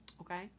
okay